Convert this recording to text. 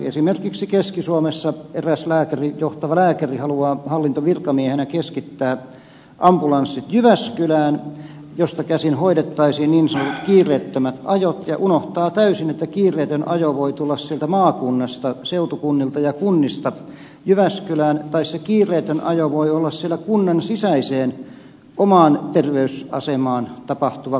esimerkiksi keski suomessa eräs johtava lääkäri haluaa hallintovirkamiehenä keskittää ambulanssit jyväskylään josta käsin hoidettaisiin niin sanotut kiireettömät ajot ja unohtaa täysin että kiireetön ajo voi tulla sieltä maakunnasta seutukunnilta ja kunnista jyväskylään tai se kiireetön ajo voi olla siellä kunnan sisäisesti omaan terveysasemaan tapahtuva kuljetus